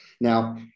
Now